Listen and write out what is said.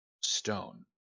stone